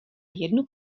jednu